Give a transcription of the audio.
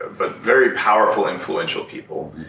but very powerful, influential people.